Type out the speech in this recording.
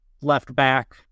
left-back